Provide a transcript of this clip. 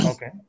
Okay